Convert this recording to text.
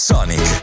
Sonic